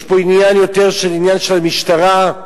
יש פה יותר עניין של המשטרה,